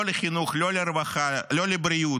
לא לחינוך, לא לרווחה, לא לבריאות,